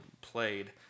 played